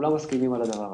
כולם מסכימים על הדבר הזה.